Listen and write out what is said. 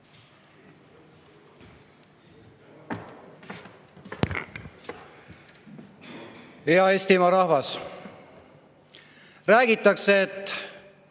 Hea Eestimaa rahvas! Räägitakse, et